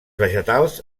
vegetals